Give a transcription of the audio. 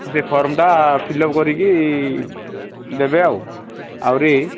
ସେ ଫର୍ମ୍ଟା ଫିଲ୍ଅପ୍ କରିକି ଦେବେ ଆଉ ଅହୁରୀ